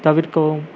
தவிர்க்கவும்